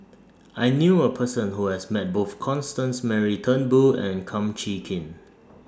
I knew A Person Who has Met Both Constance Mary Turnbull and Kum Chee Kin